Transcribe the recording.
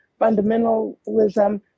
fundamentalism